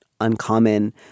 uncommon